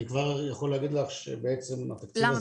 אני כבר יכול להגיד לך שבעצם -- למה,